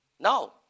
No